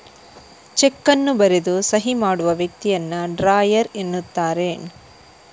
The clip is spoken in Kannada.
ಚೆಕ್ ಅನ್ನು ಬರೆದು ಸಹಿ ಮಾಡುವ ವ್ಯಕ್ತಿಯನ್ನ ಡ್ರಾಯರ್ ಎನ್ನುತ್ತಾರೆ